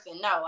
No